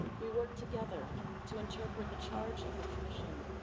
we worked together to interpret the charge of the commission,